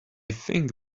think